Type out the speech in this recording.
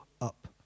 up